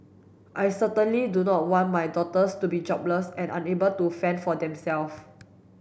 I certainly do not want my daughters to be jobless and unable to fend for themself